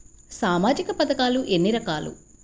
సామాజిక పథకాలు ఎన్ని రకాలు?